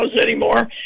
anymore